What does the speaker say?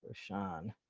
shawn